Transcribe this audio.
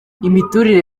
imiturire